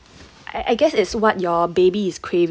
I I guess it's what your baby is craving